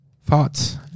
Thoughts